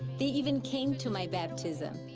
they even came to my baptism.